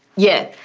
yeah,